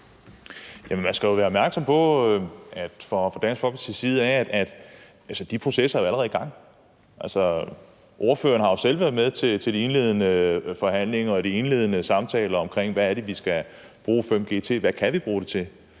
side være opmærksom på, at de processer allerede er i gang. Ordføreren har jo selv været med til de indledende forhandlinger og de indledende samtaler omkring, hvad vi skal bruge 5G til, og hvad vi kan bruge det til.